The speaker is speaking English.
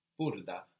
Burda